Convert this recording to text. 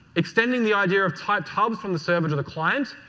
extending the idea of typed hub from the server to the client.